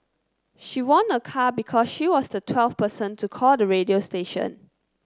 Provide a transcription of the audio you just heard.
she won a car because she was the twelfth person to call the radio station